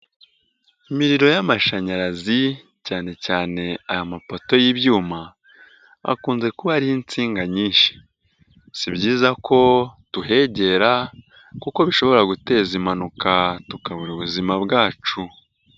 Imiriro y'amashanyarazi cyane cyane aya mapoto y'ibyuma akunze kuba ariho insinga nyinshi, si byiza ko tuhegera kuko bishobora guteza impanuka tukabura ubuzima bwacu.